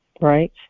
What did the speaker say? right